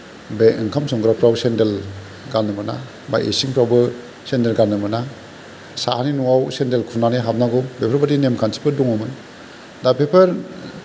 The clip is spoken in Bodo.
बे ओंखाम संग्राफ्राव सेन्देल गाननो मोना बा इसिंफ्रावबो सेन्देल गाननो मोना साहानि न'आव सेन्देल खुनानै हाबनांगौ बेफोरबायदि नेम खान्थिफोर दङमोन दा बेफोर